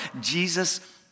Jesus